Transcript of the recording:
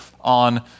on